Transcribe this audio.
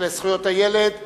לזכויות הילד להביא,